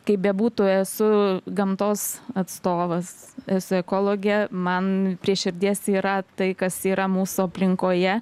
kaip bebūtų esu gamtos atstovas esu ekologė man prie širdies yra tai kas yra mūsų aplinkoje